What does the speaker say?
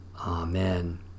Amen